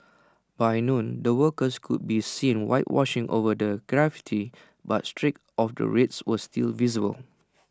by noon the workers could be seen whitewashing over the graffiti but streaks of the red were still visible